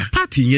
party